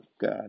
God